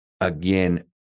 again